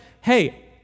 hey